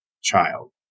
child